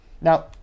Now